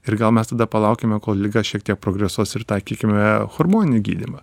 ir gal mes tada palaukiame kol liga šiek tiek progresuos ir taikykime chormoninį gydymą